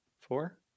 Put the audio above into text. four